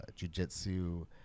jujitsu